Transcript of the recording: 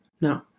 No